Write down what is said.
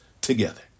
together